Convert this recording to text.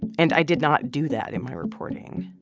and i did not do that in my reporting.